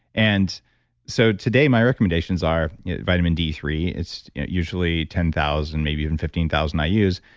and so today my recommendations are vitamin d three, it's usually ten thousand, maybe even fifteen thousand i use,